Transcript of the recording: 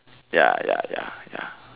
ya ya ya ya